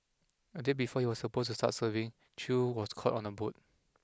a day before he was supposed to start serving Chew was caught on a boat